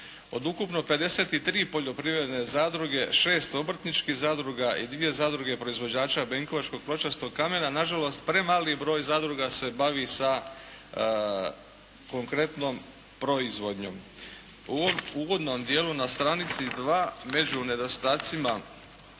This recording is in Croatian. Od ukupno 53 poljoprivredne zadruge, 6 obrtničkih zadruga i 2 zadruge proizvođača benkovačkog pločastog kamena na žalost premali je broj zadruga se bavi sa konkretnom proizvodnjom. U ovom uvodnom dijelu na stranici 2 među nedostacima